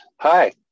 Hi